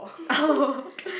oh